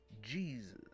Jesus